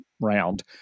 round